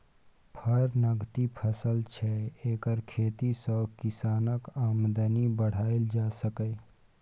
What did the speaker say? फर नकदी फसल छै एकर खेती सँ किसानक आमदनी बढ़ाएल जा सकैए